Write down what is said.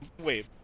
Wait